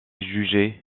jugé